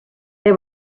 they